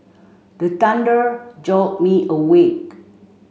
the thunder jolt me awake